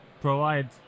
provide